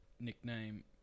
nickname